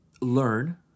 learn